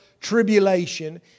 tribulation